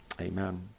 Amen